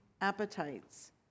appetites